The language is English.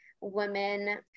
women